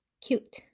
cute